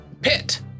Pit